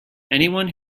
anyone